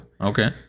Okay